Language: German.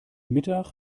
mittag